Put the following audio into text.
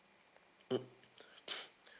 mm